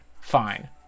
fine